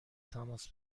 تماس